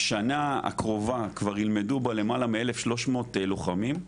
השנה הקרובה כבר ילמדו בה למעלה מ-1300 לוחמים,